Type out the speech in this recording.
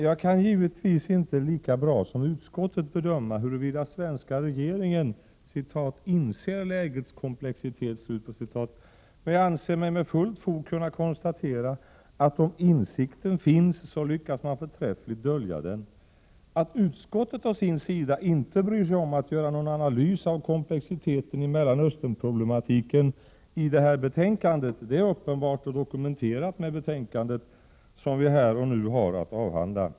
Jag kan givetvis inte lika bra som utskottet bedöma huruvida svenska regeringen ”inser lägets komplexitet”, men jag anser mig med fullt fog kunna konstatera att om insikten finns lyckas man dölja den förträffligt. Att utskottet å sin sida inte bryr sig om att göra någon analys av komplexiteten i Mellanösternproblematiken är uppenbart och dokumenterat med det betänkande som vi här har att avhandla.